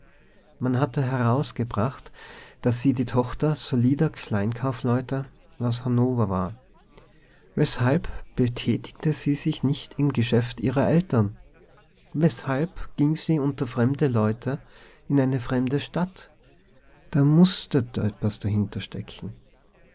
man hatte herausgebracht daß sie die tochter solider kleinkaufleute aus hannover war weshalb betätigte sie sich nicht im geschäft ihrer eltern weshalb ging sie unter fremde leute in eine fremde stadt da mußte etwas dahinterstecken